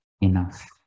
Enough